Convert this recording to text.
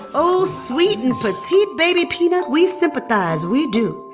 oh, sweet and petite baby peanut, we sympathize. we do.